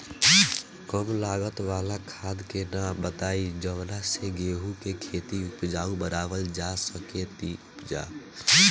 कम लागत वाला खाद के नाम बताई जवना से गेहूं के खेती उपजाऊ बनावल जा सके ती उपजा?